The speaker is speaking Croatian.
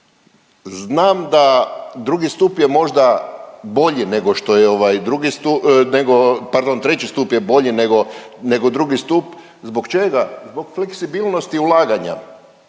znam da II. stup je možda bolji nego što je ovaj II. stu…, nego pardon III. stup je bolji nego, nego II. stup. Zbog čega? Zbog fleksibilnosti ulaganja.